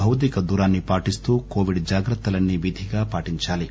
భౌతిక దూరాన్ని పాటిస్తూ కోవిడ్ జాగ్రత్తలన్నీ విధిగా పాటించాలి